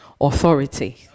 authority